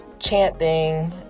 Chanting